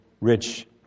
rich